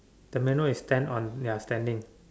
the menu is stand on ya standing